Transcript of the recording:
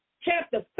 Chapter